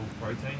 protein